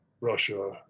Russia